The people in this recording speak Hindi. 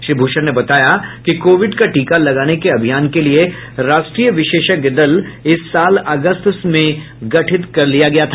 श्री भूषण ने बताया कि कोविड का टीका लगाने के अभियान के लिए राष्ट्रीय विशेषज्ञ दल इस साल अगस्त में गठित कर लिया गया था